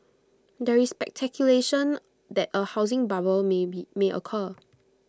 there is speculation that A housing bubble may be may occur